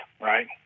right